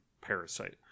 parasite